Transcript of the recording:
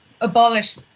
abolish